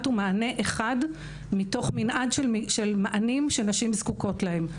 הוא מענה אחד מתוך מנעד של מענים שנשים זקוקות להם.